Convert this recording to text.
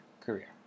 career